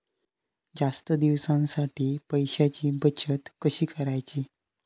जास्त दिवसांसाठी पैशांची बचत कशी करायची?